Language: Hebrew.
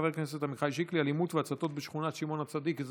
חבר הכנסת עמיחי שיקלי: אלימות והצתות בשכונת שמעון הצדיק.